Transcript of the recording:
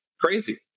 crazy